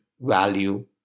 value